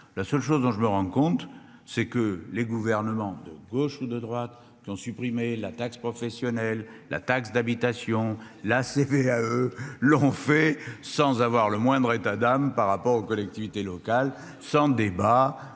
La seule chose dont je me rends compte c'est que les gouvernements de gauche ou de droite qui ont supprimé la taxe professionnelle, la taxe d'habitation, la CVAE Laurent fait sans avoir le moindre état d'âme par rapport aux collectivités locales sans débat.